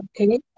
okay